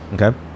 okay